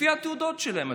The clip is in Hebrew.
לפי התעודות שלהם.